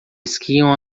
esquiam